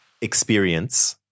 experience